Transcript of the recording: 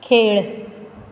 खेळ